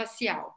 facial